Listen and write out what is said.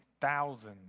thousands